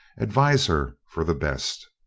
advise her for the best.